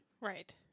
Right